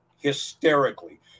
hysterically